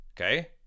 okay